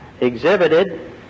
exhibited